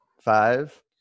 Five